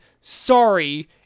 sorry